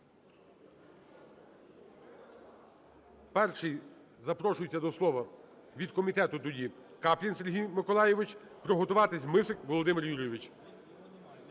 Перший запрошується до слова від комітету тоді Каплін Сергій Миколайович. Приготуватись Мисик Володимир Юрійович.